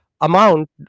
amount